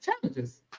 challenges